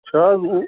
چھِ حظ وۅنۍ